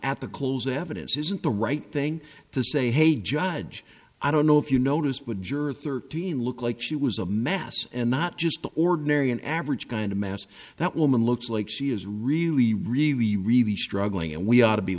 at the close evidence isn't the right thing to say hey judge i don't know if you noticed but juror thirteen looked like she was a mess and not just the ordinary an average kind of mass that woman looks like she is really really really struggling and we ought to be